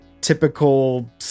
typical